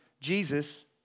Jesus